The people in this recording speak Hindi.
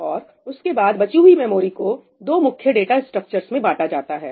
और उसके बाद बची हुई मेमोरी को दो मुख्य डाटा स्ट्रक्चर्स में बांटा जाता है